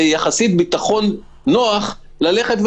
בביטחון נוח יחסית,